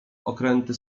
okręty